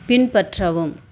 பின்பற்றவும்